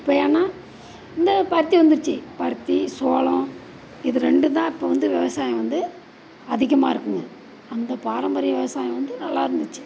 இப்போ ஏன்னா இந்த பருத்தி வந்துடுச்சி பருத்தி சோளம் இது ரெண்டு தான் இப்போ வந்து விவசாயம் வந்து அதிகமாக இருக்குதுங்க அந்த பாரம்பரிய விவசாயம் வந்து நல்லா இருந்துச்சு